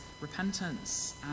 repentance